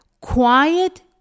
Quiet